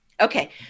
Okay